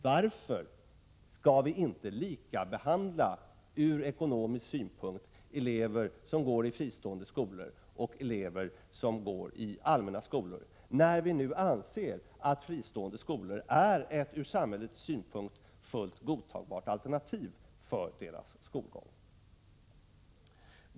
Varför skall vi inte ur ekonomisk synpunkt likabehandla elever som går i fristående skolor och elever som går i allmänna skolor, när vi nu anser att fristående skolor är ett ur samhällets synpunkt fullt godtagbart alternativ när det gäller barnens skolgång?